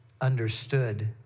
understood